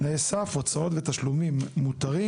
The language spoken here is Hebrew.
תנאי סף, הוצאות ותשלומים מותרים.